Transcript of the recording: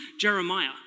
Jeremiah